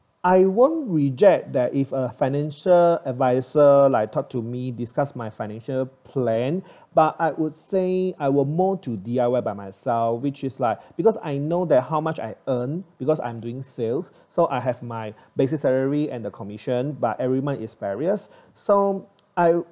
I won't reject that if a financial adviser like talk to me discuss my financial plan but I would say I were more to D_I_Y by myself which is like because I know that how much I earn because I'm doing sales so I have my basic salary and the commission but every month is various so I